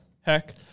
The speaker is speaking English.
heck